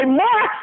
more